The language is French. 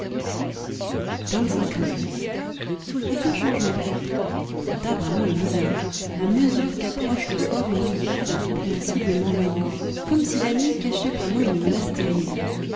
mai aucun changement mon état vraiment est bizarre a mesure qu'approche le soir une inquiétude incompréhensible m'envahit comme si la nuit cachait pour moi une menace terrible